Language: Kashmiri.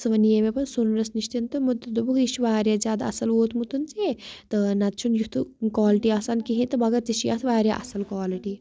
صُبحَن نِیے مےٚ پَتہٕ سۄنرَس نِشتٮ۪ن تہٕ تِمو تہِ دوٚپُکھ یہِ چھِ واریاہ زیادٕ اَصٕل ووتمُت ژے تہٕ نَتہٕ چھُنہٕ یُتھٕ کالٹی آسان کالٹی آسان کِہیٖنۍ تہٕ مگر ژےٚ چھی اَتھ واریاہ اَصٕل کالٹی